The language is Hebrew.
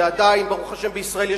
ועדיין בישראל,